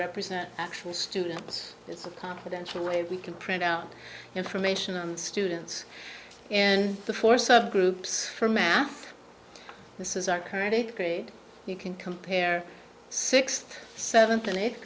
represent actual students it's a confidential way we can print out information on students and for subgroups for math this is our current eighth grade you can compare sixth seventh and eighth